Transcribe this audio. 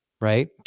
right